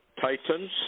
titans